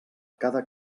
cada